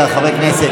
חברי הכנסת,